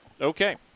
Okay